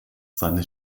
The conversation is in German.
seine